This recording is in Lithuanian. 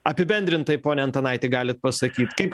apibendrintai pone antanaiti galit pasakyt kaip